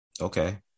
okay